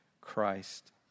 Christ